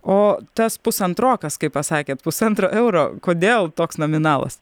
o tas pusantrokas kaip pasakėt pusantro euro kodėl toks nominalas